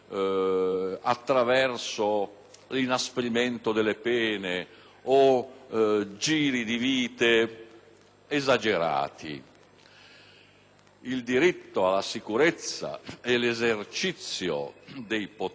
l'inasprimento delle pene o giri di vite esagerati. Il diritto alla sicurezza e l'esercizio dei poteri in materia di sicurezza